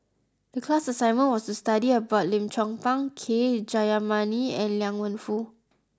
the class assignment was to study about Lim Chong Pang K Jayamani and Liang Wenfu